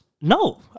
No